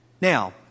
Now